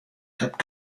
cup